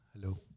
Hello